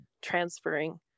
transferring